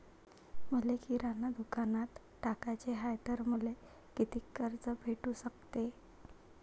मले किराणा दुकानात टाकाचे हाय तर मले कितीक कर्ज भेटू सकते?